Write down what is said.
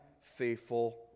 faithful